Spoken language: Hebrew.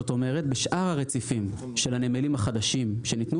כלומר בשאר הרציפים של הנמלים החדשים שניתנו